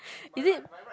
is it